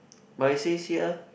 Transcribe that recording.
but it says here